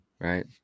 right